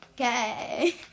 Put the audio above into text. Okay